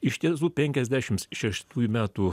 iš tiesų penkiasdešims šeštųjų metų